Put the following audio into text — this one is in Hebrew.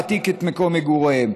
להעתיק את מקום מגוריהם.